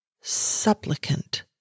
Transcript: Supplicant